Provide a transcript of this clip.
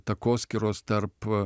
takoskyros tarp